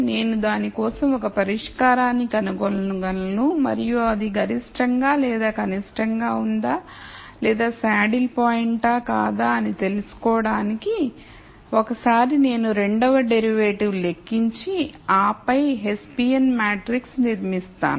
నేను దాని కోసం ఒక పరిష్కారాన్ని కనుగొనగలను మరియు అది గరిష్టంగా లేదా కనిష్టంగా ఉందా లేదా శాడిల్ పాయింట్ ఆ కాదా అని తెలుసుకోవడానికి ఒకసారి నేను రెండవ డెరివేటివ్ లెక్కించి ఆపై హెస్సియన్ మ్యాట్రిక్స్ను నిర్మిస్తాను